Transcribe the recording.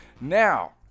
now